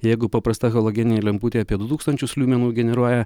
jeigu paprasta halogeninė lemputė apie du tūkstančius liumenų generuoja